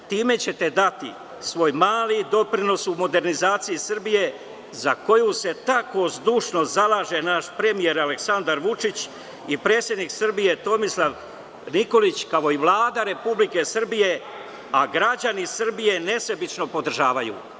Time ćete dati svoj mali doprinos u modernizaciji Srbije za koju se tako zdušno zalaže naš premijer Aleksandar Vučić, i predsednik Srbije Tomislav Nikolić, kao i Vlada Republike Srbije, a građani Srbije nesebično podržavaju.